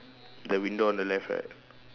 the window on the left right